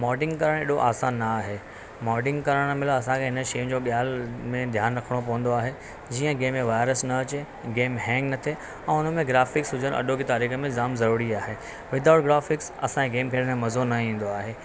modding करणु हेॾो आसान न आहे मॉडिंग करण महिल असांखे हिन शयुनि जो दयाल में ध्यानु रखणो पवंदो आहे जीअं के में वायरस न अचे गेम हैंग न थिए ऐं हुन में ग्राफिक्स हुजणु अॼु जी तारीख़ में जाम ज़रूरी आहे विदाउट ग्राफिक्स असांजे गेम खेॾण में मज़ो न ईंदो आहे